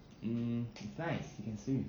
um he flies he can swim